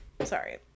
Sorry